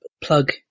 plug